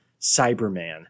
Cyberman